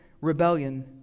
rebellion